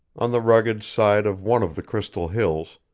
on the rugged side of one of the crystal hills,